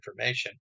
information